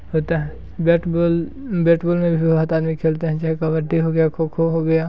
होता है bat ball bat ball नहीं खेलते हैं चाहे कबड्डी हो गया खो खो हो गया